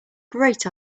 great